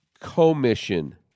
commission